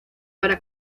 para